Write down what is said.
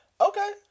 Okay